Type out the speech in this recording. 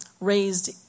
raised